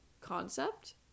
concept